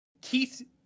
Keith